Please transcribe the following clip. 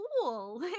cool